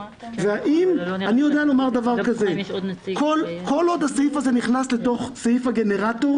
כל עוד הסעיף הזה נכנס לתוך סעיף הגנרטור,